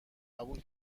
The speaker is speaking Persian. قبول